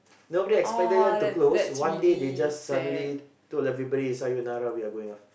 nobody expected them to close one day they just suddenly told everybody sayonara we are going off